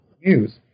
news